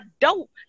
dope